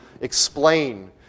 explain